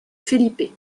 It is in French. felipe